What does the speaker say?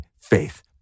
faith